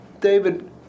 David